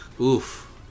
Oof